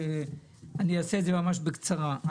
אני אדבר ממש בקצרה.